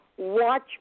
Watch